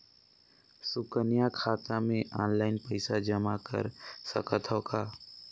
सुकन्या खाता मे ऑनलाइन पईसा जमा कर सकथव का?